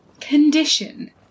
Condition